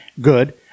Good